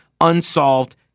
unsolved